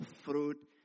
fruit